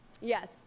Yes